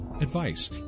Advice